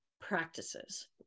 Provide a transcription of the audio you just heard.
practices